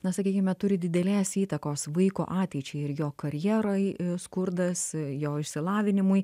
na sakykime turi didelės įtakos vaiko ateičiai ir jo karjerai skurdas jo išsilavinimui